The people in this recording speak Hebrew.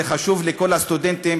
זה חשוב לכל הסטודנטים,